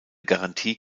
garantie